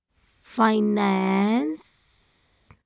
finance